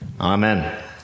Amen